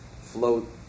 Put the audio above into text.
float